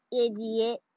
idiot